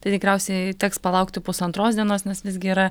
tai tikriausiai teks palaukti pusantros dienos nes visgi yra